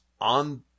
on